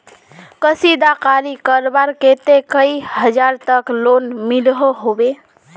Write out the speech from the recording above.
कशीदाकारी करवार केते कई हजार तक लोन मिलोहो होबे?